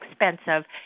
expensive